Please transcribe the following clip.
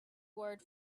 word